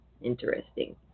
interesting